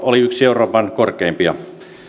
oli yksi euroopan korkeimpia